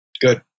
Good